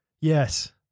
Yes